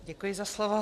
Děkuji za slovo.